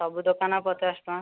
ସବୁ ଦୋକାନରେ ପଚାଶ ଟଙ୍କା